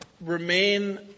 remain